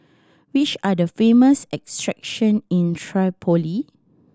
which are the famous in Tripoli